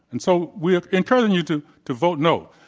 and so we are encouraging you to to vote no.